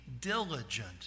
diligent